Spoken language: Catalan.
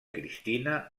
cristina